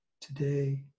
today